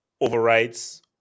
overrides